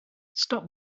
stop